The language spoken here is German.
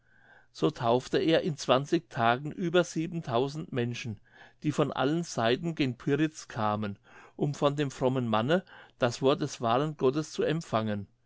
so taufte er in zwanzig tagen über menschen die von allen seiten gen pyritz kamen um von dem frommen manne das wort des wahren gottes zu empfangen